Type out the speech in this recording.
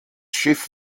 schiff